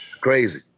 Crazy